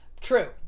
True